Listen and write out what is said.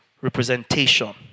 representation